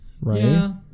right